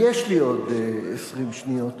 יש לי עוד 20 שניות.